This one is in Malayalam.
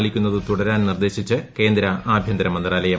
പാലിക്കുന്നത് തുടരാൻ നിർദേശിച്ച് കേന്ദ്ര ആഭൃന്തര മന്ത്രാലയം